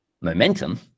momentum